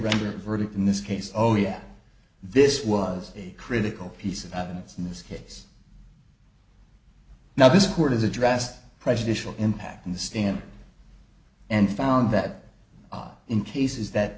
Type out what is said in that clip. render a verdict in this case oh yes this was a critical piece of evidence in this case now this court has addressed prejudicial impact on the stand and found that in cases that